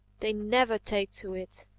they never take to it.